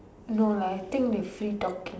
no lah I think they free talking